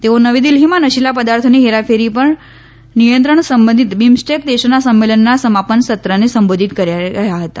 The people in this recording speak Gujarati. તેઓ નવી દિલ્ફીમાં નશીલા પદાર્થોની હેરાફેરી પર નિયંત્રણ સંબંધિત બિમ્સ્ટેક દેશોના સંમેલનના સમાપન સત્રને સંબોધિત કરી રહ્યા હતા